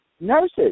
nurses